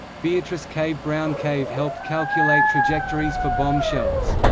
beatrice cave-brown-cave helped calculate trajectories for bomb shells.